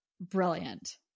brilliant